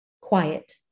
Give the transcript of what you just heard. quiet